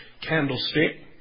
candlestick